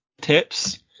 tips